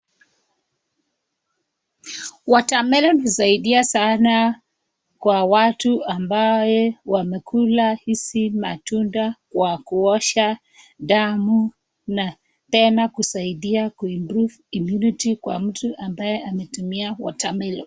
Watermelon husaidia sana kwa watu ambae wamekula hizi matunda kwa kuosha damu na tena kusaidia ku improve immunity kwa mtu ambaye ametumia watermelon .